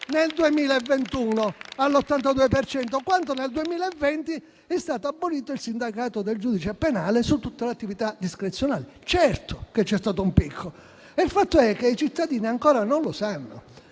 Nel 2021, all'82 per cento, dopo che, nel 2020, è stato abolito il sindacato del giudice penale su tutta l'attività discrezionale. Certo che c'è stato un picco. Il fatto è che i cittadini ancora non lo sanno